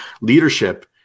leadership